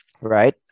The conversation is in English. Right